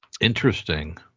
Interesting